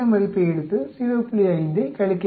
5 ஐக் கழிக்க வேண்டும்